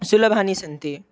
सुलभानि सन्ति